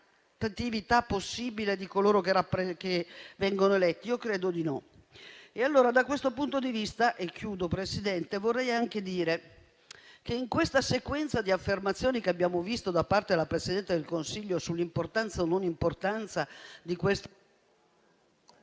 possibile di coloro che vengono eletti? Io credo di no. Allora da questo punto di vista - e chiudo, Presidente - vorrei anche dire che, nella sequenza di affermazioni che abbiamo visto da parte della Presidente del Consiglio sull'importanza o non importanza di questa...